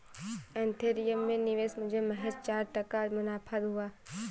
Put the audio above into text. Ethereum में निवेश मुझे महज चार टका मुनाफा हुआ